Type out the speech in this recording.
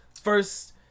First